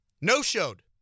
No-showed